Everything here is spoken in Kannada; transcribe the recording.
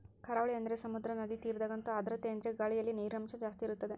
ಕರಾವಳಿ ಅಂದರೆ ಸಮುದ್ರ, ನದಿ ತೀರದಗಂತೂ ಆರ್ದ್ರತೆಯೆಂದರೆ ಗಾಳಿಯಲ್ಲಿ ನೀರಿನಂಶ ಜಾಸ್ತಿ ಇರುತ್ತದೆ